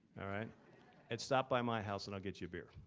all right? and stop by my house and i'll get you a beer.